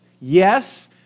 Yes